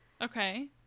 Okay